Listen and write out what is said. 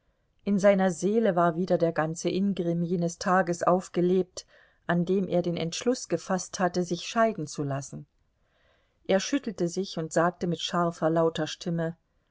in seiner seele war wieder der ganze ingrimm jenes tages aufgelebt an dem er den entschluß gefaßt hatte sich scheiden zu lassen er schüttelte sich und sagte mit scharfer lauter stimme